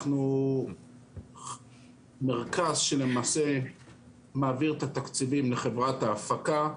אנחנו מרכז שלמעשה מעביר את התקציבים לחברת ההפקה.